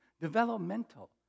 developmental